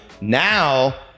Now